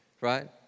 right